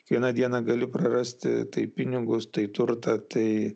kiekvieną dieną gali prarasti tai pinigus tai turtą tai